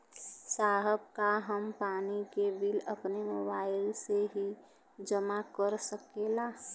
साहब का हम पानी के बिल अपने मोबाइल से ही जमा कर सकेला?